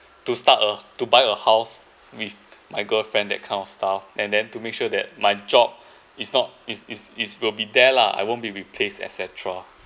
to start a to buy a house with my girlfriend that kind of stuff and then to make sure that my job is not is is is will be there lah I won't be replaced etcetera